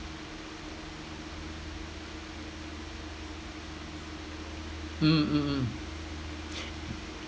mm mm mm